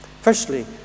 Firstly